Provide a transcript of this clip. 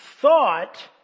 thought